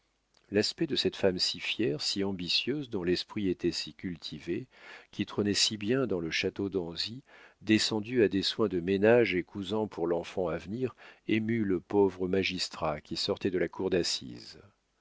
l'aspect de cette femme si fière si ambitieuse dont l'esprit était si cultivé qui trônait si bien dans le château d'anzy descendue à des soins de ménage et cousant pour l'enfant à venir émut le pauvre magistrat qui sortait de la cour d'assises